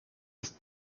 ist